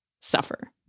suffer